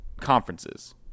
conferences